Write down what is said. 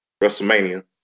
Wrestlemania